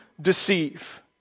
deceive